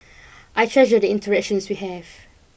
I treasure the interactions we have